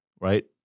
right